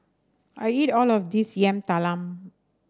I eat all of this Yam Talam